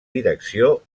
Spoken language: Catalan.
direcció